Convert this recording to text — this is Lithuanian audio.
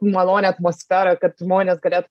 malonią atmosferą kad žmonės galėt